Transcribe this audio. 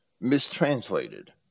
mistranslated